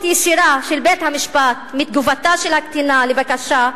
ישירה של בית-המשפט מתגובתה של הקטינה לבקשה,